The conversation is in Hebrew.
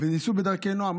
וניסו בדרכי נועם.